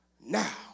Now